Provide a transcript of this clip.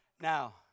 Now